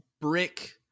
brick